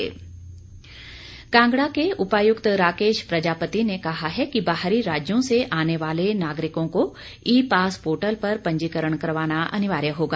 DC Kangra Kangra के उपायुक्त राकेश प्रजापति ने कहा है कि बाहरी राज्यों से आने वाले नागरिकों को ई पास पोर्टल पर पंजीकरण करवाना अनिवार्य होगा